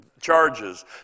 charges